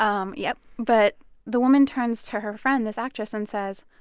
um yep. but the woman turns to her friend, this actress, and says,